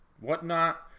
whatnot